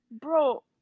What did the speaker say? bro